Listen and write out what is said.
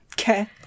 Okay